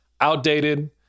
outdated